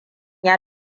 ya